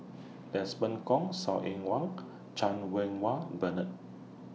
Desmond Kon Saw Ean Wang Chan Win Wah Bernard